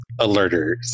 alerters